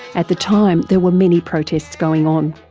at the time there were many protests going on.